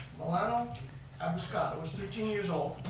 melana abascado is thirteen years old.